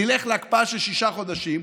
נלך להקפאה של שישה חודשים,